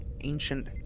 ancient